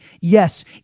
Yes